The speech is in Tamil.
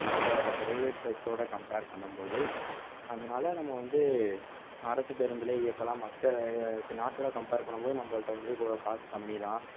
மற்ற பிரைவேட் பஸ்ஸோடய கம்ப்பேர் பண்ணும் போது அதனால் நம்ம வந்து அரசு பேருந்தில் இயக்கலாம் மற்ற ஏ நாட்டோடய கம்ப்பேர் பண்ணும் போது நம்மள்கிட்ட வந்து கோ காசு கம்மி தான்